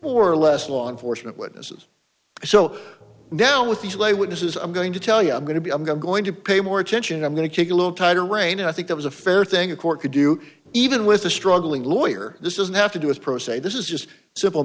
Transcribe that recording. more or less law enforcement witnesses so now with these lay witnesses i'm going to tell you i'm going to be i'm going to pay more attention i'm going to take a little tighter rein and i think that was a fair thing a court could do even with a struggling lawyer this doesn't have to do is pro se this is just